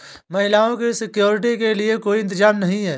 महिलाओं की सिक्योरिटी के लिए कोई इंतजाम नहीं है